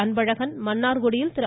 அன்பழகனும் மன்னார்குடியில் திரு